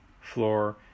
floor